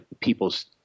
people's